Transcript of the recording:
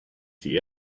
die